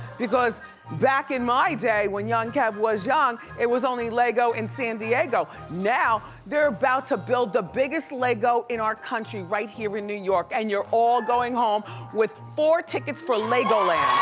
because back in my day, when young kevin was young, it was only lego in san diego. now they're about to build the biggest lego in our country right here in new york and you're all going home with four tickets for legoland.